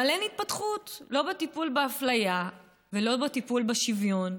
אבל אין התפתחות לא בטיפול באפליה ולא בטיפול בשוויון.